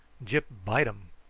gyp bite um.